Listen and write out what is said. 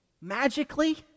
magically